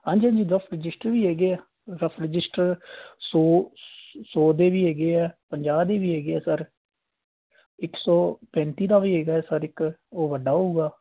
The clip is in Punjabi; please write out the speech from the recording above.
ਹਾਂਜੀ ਹਾਂਜੀ ਰਫ ਰਜਿਸਟਰ ਵੀ ਹੈਗੇ ਆ ਰਫ ਰਜਿਸਟਰ ਸੌ ਸੌ ਦੇ ਵੀ ਹੈਗੇ ਆ ਪੰਜਾਹ ਦੇ ਵੀ ਹੈਗੇ ਆ ਸਰ ਇੱਕ ਸੌ ਪੈਂਤੀ ਦਾ ਵੀ ਹੈਗਾ ਸਰ ਇੱਕ ਉਹ ਵੱਡਾ ਹੋਵੇਗਾ